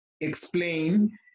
explain